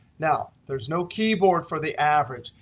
now, there's no keyboard for the average.